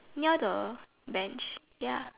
near the bench ya